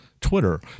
Twitter